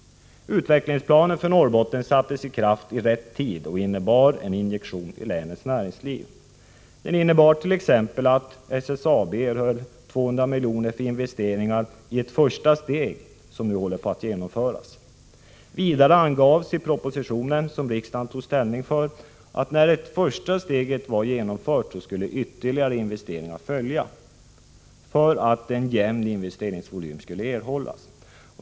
Utvecklingsplanen för Norrbotten sattes i kraft i rätt tid och innebar en injektion i länets näringsliv. Den innebar t.ex. att SSAB erhöll 200 miljoner för investeringar i ett första steg som nu håller på att genomföras. Vidare angavs i propositionen, som riksdagen tog ställning för, att när det första steget var genomfört skulle ytterligare investeringar följa för att en jämn investeringsvolym skulle erhållas.